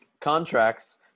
contracts